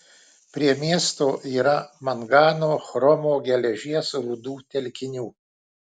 prie miesto yra mangano chromo geležies rūdų telkinių